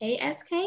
ASK